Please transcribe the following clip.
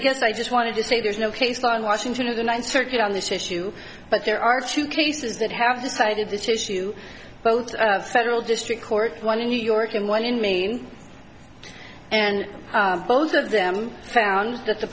guess i just wanted to say there's no case law in washington of the ninth circuit on this issue but there are two cases that have decided this issue both federal district court one in new york and one in maine and both of them found that the